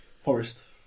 Forest